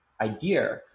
idea